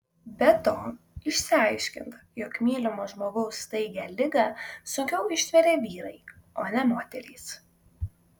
be to išsiaiškinta jog mylimo žmogaus staigią ligą sunkiau ištveria vyrai o ne moterys